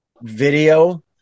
video